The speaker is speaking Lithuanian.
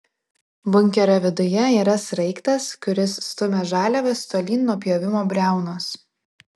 bunkerio viduje yra sraigtas kuris stumia žaliavas tolyn nuo pjovimo briaunos